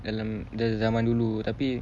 dalam da~ zaman dulu tapi